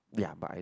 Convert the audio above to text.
ya but I